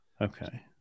Okay